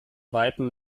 weitem